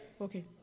Okay